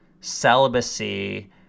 celibacy